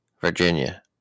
Virginia